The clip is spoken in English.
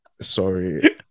Sorry